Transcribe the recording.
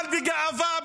אבל בגאווה,